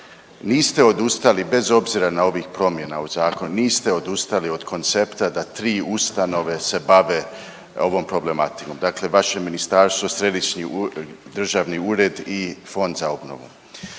Niste odustali, bez obzira na ovih promjena u Zakonu, niste odustali od koncepta da 3 ustanove se bave ovom problematikom. Dakle vaše Ministarstvo, Središnji državni ured i Fond za obnovu.